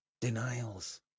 denials